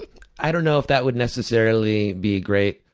i don't know if that would necessarily be great.